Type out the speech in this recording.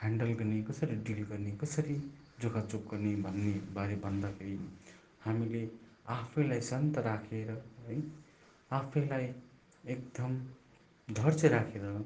handle गर्ने कसरी deal गर्ने कसरी जोगाजोग गर्ने भन्नेबारे भन्दाखेरि हामीले आफैलाई शान्त राखेर है आफैलाई एकदम धैर्य राखेर